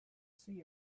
see